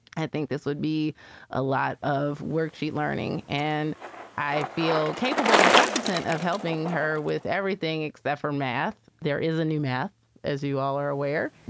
i think this would be a lot of worksheet learning and i feel capable and competent of helping her with everything except for math. there is a new math, as you all are aware.